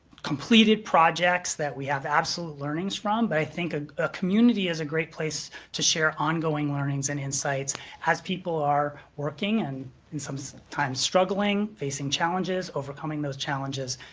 completed projects that we have absolute learnings from, but i think ah a community is a great place to share ongoing learnings and insights as people are working and in some times, struggling, facing challenges, overcoming those challenges,